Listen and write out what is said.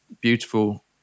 beautiful